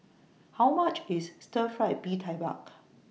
How much IS Stir Fried Mee Tai Mak